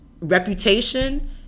reputation